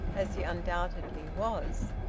as he undoubtedly was.